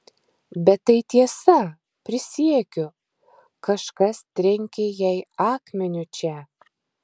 bet tai tiesa prisiekiu kažkas trenkė jai akmeniu čia